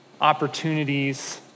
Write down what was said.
opportunities